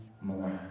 more